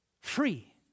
Free